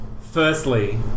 Firstly